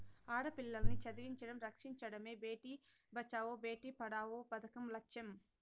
ఆడపిల్లల్ని చదివించడం, రక్షించడమే భేటీ బచావో బేటీ పడావో పదకం లచ్చెం